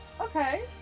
Okay